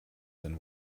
than